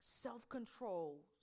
Self-control